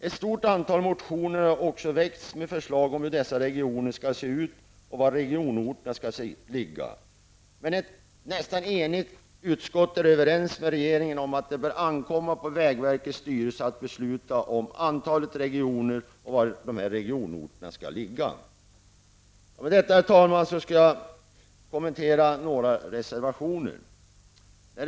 Ett stort antal motioner har också väckts med förslag om hur dessa regioner skall se ut och var regionorterna skall ligga. Men ett nästan enigt utskott är överens med regeringen om att det bör ankomma på vägverkets styrelse att besluta om antalet regioner och var regionorterna skall finnas. Härefter, herr talman, skall jag kommentera några reservationer.